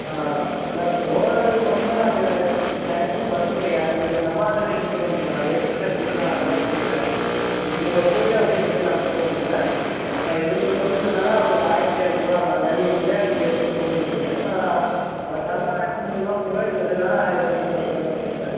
ஆ இல்லை போகறதுன்னு மட்டும்னா அங்கே டைமுக்கு பஸ்ஸு கிடைக்காது நீங்கள் நம்ம ஆட்டோலயே ரிட்டர்ன் வந்துரலாண்ணா வெயிட்டிங் சார்ஜு கூட நான் அவ்ளோவாக கேட்கல உங்களை போயிவிட்டு அப்படியே ரிட்டர்ன் நான் கூப்பிட்டு வந்துர்றேன் அது இருபது கிலோமீட்ருன்னால ஒரு ஆயிரத்து இரநூர்றுவா ஆவுண்ணா ஏன்னா நீங்கள் பிள்ளையார்பட்டி வரையும் போகணுன்றீங்க நான் மற்ற ஆள்னா ஆயிரத்து முந்நூர்றுரூவா சொல்லுவேன் உங்கட்டன்னாலே ஆயிரத்து இரநூர்றுவா குறச்சி தான் நான் சொல்லுறேன்